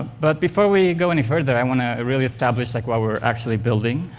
but before we go any further i want to really establish like what we're actually building,